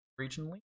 regionally